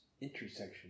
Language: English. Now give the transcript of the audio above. intersection